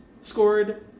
scored